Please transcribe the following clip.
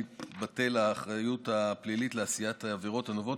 תתבטל האחריות הפלילית לעשיית העבירות הנובעות